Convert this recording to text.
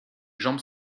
jambes